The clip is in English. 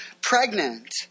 pregnant